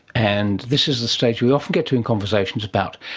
and this is the stage we often get to in conversations about,